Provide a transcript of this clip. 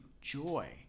joy